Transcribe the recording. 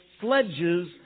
sledges